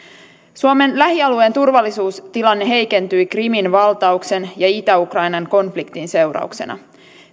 suomen lähialueen turvallisuustilanne heikentyi krimin valtauksen ja itä ukrainan konfliktin seurauksena